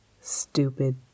Stupid